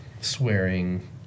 swearing